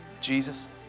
Jesus